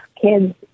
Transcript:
kids